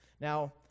now